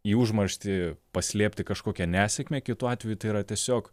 į užmarštį paslėpti kažkokią nesėkmę kitu atveju tai yra tiesiog